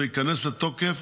זה ייכנס לתוקף,